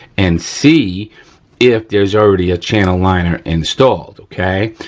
and see if there's already a channel liner installed, okay.